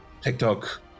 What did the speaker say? TikTok